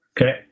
Okay